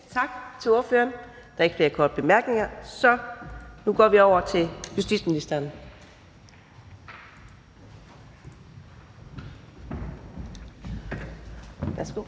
Tak til ordføreren. Der er ikke flere korte bemærkninger. Nu går vi over til justitsministeren. Kl.